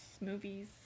movies